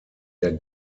der